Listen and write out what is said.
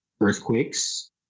earthquakes